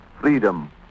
freedom